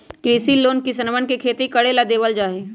कृषि लोन किसनवन के खेती करे ला देवल जा हई